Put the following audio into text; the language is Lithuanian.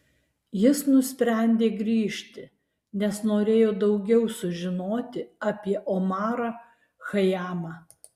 jis nusprendė grįžti nes norėjo daugiau sužinoti apie omarą chajamą